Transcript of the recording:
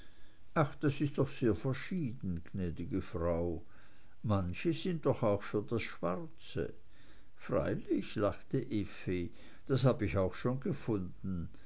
ach das ist doch sehr verschieden gnäd'ge frau manche sind doch auch für das schwarze freilich lachte effi das habe ich auch schon gefunden